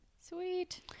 Sweet